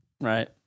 Right